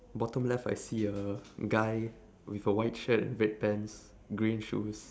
bottom left I see a guy with a white shirt and red pants green shoes